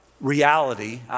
Reality